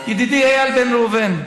ידידי איל בן ראובן,